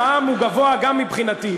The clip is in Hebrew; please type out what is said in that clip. המע"מ הוא גבוה גם מבחינתי,